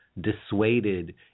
dissuaded